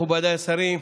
מכובדיי השרים,